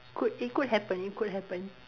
could it could happen it could happen